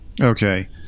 okay